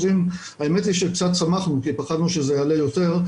האמת היא שקצת שמחנו כי פחדנו שזה יעלה יותר,